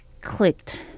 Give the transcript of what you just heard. clicked